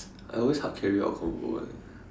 I always hard carry out convo [one] eh